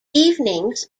evenings